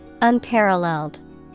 unparalleled